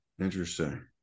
Interesting